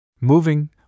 Moving